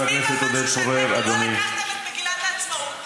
חבר הכנסת עודד פורר, אדוני, ואחריו,